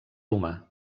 humà